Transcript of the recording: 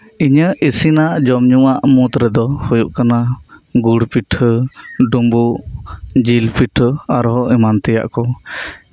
ᱤᱧᱟ ᱜ ᱤᱥᱤᱱᱟᱜ ᱡᱚᱢᱧᱩᱣᱟᱜ ᱢᱩᱫᱽ ᱨᱮᱫᱚ ᱦᱩᱭᱩᱜ ᱠᱟᱱᱟ ᱜᱩᱲ ᱯᱤᱴᱷᱟᱹ ᱰᱩᱸᱵᱩᱜ ᱡᱤᱞᱯᱤᱴᱷᱟᱹ ᱟᱨ ᱦᱚᱸ ᱮᱢᱟᱱ ᱛᱮᱭᱟᱜ ᱠᱩ